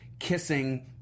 kissing